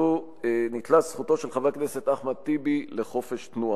ואז ניטלה זכותו של חבר הכנסת אחמד טיבי לחופש תנועה.